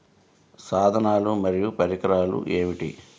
సాధనాలు మరియు పరికరాలు ఏమిటీ?